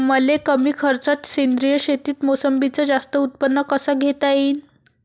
मले कमी खर्चात सेंद्रीय शेतीत मोसंबीचं जास्त उत्पन्न कस घेता येईन?